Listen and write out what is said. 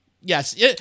Yes